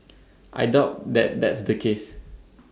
I doubt that that's the case